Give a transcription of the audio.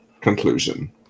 conclusion